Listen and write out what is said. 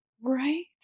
Right